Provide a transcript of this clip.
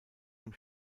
dem